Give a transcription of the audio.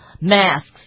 masks